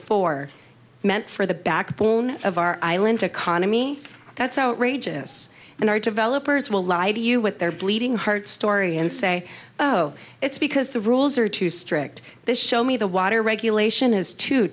four meant for the backbone of our island economy that's outrageous and our developers will lie to you with their bleeding heart story and say oh it's because the rules are too strict this show me the water regulation is too